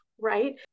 right